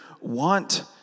want